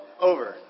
Over